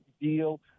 deal